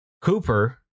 Cooper